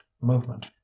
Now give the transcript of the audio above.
movement